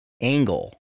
angle